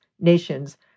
nations